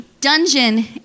dungeon